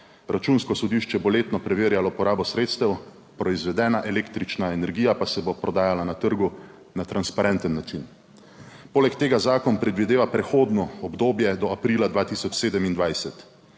Računsko sodišče bo letno preverjalo porabo sredstev, proizvedena električna energija pa se bo prodajala na trgu na transparenten način. Poleg tega zakon predvideva prehodno obdobje do aprila 2027.